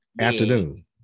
afternoon